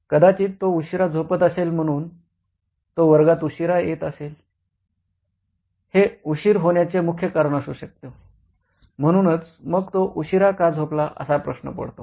कदाचित तो उशिरा झोपत असेल म्हणून तो वर्गात उशीर येत आहे हे उशीर होण्याचा मुख्य कारण असू शकतो म्हणूनच मग तो उशीरा का झोपला असा प्रश्न पडतो